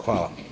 Hvala.